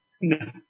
No